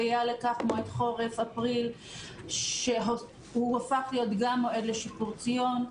מועד חורף אפריל הפך להיות גם לשיפור ציון.